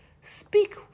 Speak